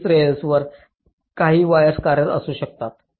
वरील लेयर्सावर काही वायर्स कार्यरत असू शकतात